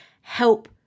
help